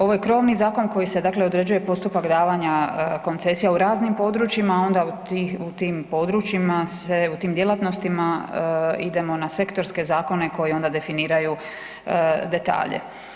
Ovo je krovni zakon koji se dakle određuje postupak davanja koncesija u raznim područjima a onda u tim područjima se, u tim djelatnostima idemo na sektorske zakone koji onda definiraju detalje.